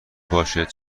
باشد